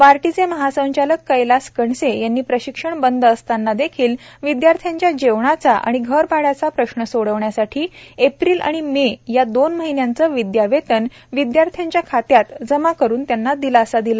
बार्टीचे महासंचालक कैलास कणसे यांनी प्रशिक्षण बंद असतांना देखील विद्यार्थ्यांचा जेवणाचा व घरभाडयाचा प्रश्न सोडविण्यासाठी एप्रिल आणि मे या दोन महिन्यांचे विद्यावेतन विद्यार्थ्यांच्या खात्यात जमा करून दिलासा दिला